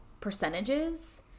percentages